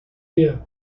wir